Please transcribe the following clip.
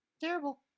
Terrible